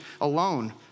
alone